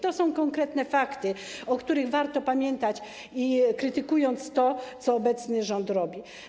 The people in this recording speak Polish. To są konkretne fakty, o których warto pamiętać, krytykując to, co obecny rząd robi.